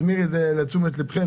אז מירי, זה לתשומת לבכם.